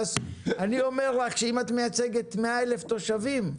אני אומר לך שאם את מייצגת 100,000 תושבים,